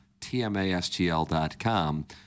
tmastl.com